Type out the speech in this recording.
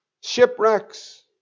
Shipwrecks